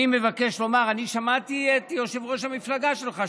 אני מבקש לומר: אני שמעתי את יושב-ראש המפלגה שלך,